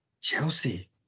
Chelsea